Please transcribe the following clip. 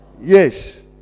Yes